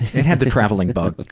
it had the traveling bug but